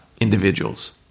individuals